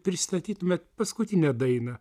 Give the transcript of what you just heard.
pristatytumėt paskutinę dainą